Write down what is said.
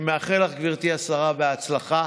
אני מאחל לך, גברתי השרה, בהצלחה.